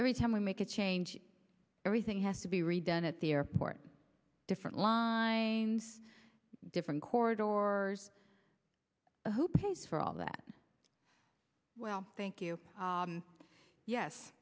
every time we make a change everything has to be redone at the airport different lie different court or who pays for all that well thank you